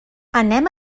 anem